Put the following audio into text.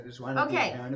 Okay